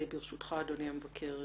ברשותך אדוני המבקר,